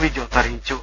V Jose അറിയിച്ചു